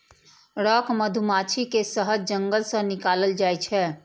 rock मधुमाछी के शहद जंगल सं निकालल जाइ छै